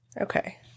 Okay